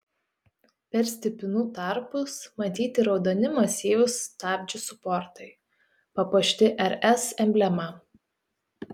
per stipinų tarpus matyti raudoni masyvūs stabdžių suportai papuošti rs emblema